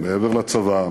מעבר לצבא,